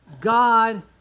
God